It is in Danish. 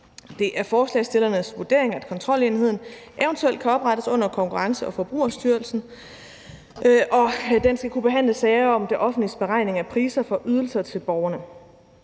Det er forslagsstillernes vurdering, at kontrolenheden eventuelt kan oprettes under Konkurrence- og Forbrugerstyrelsen, og at den skal kunne behandle sager om det offentliges beregning af priser for ydelser til borgerne.